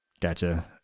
Gotcha